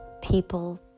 people